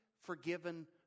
forgiven